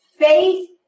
faith